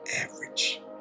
average